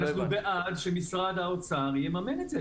אנחנו בעד שמשרד האוצר יממן את זה.